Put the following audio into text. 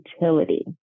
utility